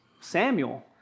Samuel